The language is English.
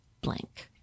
blank